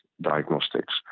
diagnostics